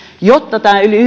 jotta nämä yli